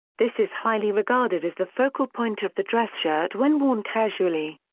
this is highly regarded as the focal point of the dress shirt when worn casually.